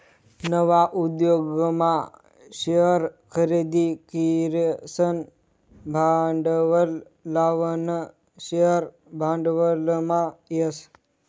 नवा उद्योगमा शेअर खरेदी करीसन भांडवल लावानं शेअर भांडवलमा येस